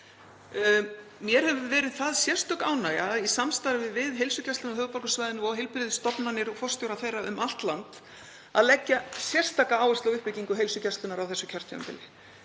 Mér hefur verið það sérstök ánægja, í samstarfi við Heilsugæslu höfuðborgarsvæðisins og heilbrigðisstofnanir og forstjóra þeirra um allt land, að leggja sérstaka áherslu á uppbyggingu heilsugæslunnar á þessu kjörtímabili.